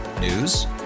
News